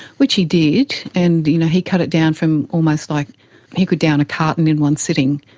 which he did. and you know he cut it down from almost, like he could down a carton in one sitting,